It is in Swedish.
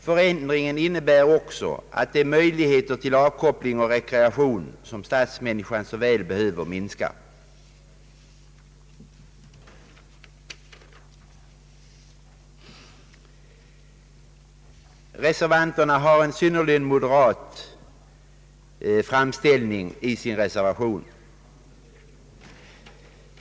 Förändringen innebär också att de möjligheter till avkoppling och rekreation som stadsmänniskan så väl behöver minskar. Reservanterna har en synnerligen moderat framställning i sin reservation.